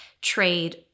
trade